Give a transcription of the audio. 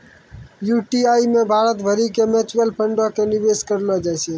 UTI मे भारत भरि के म्यूचुअल फंडो के निवेश करलो जाय छै